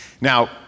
Now